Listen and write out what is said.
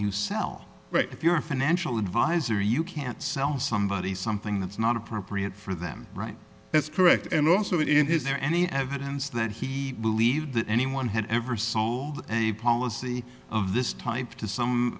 you sell but if you're a financial advisor you can't sell somebody something that's not appropriate for them right that's correct and also in his there any evidence that he believed that anyone had ever seen a policy of this type to some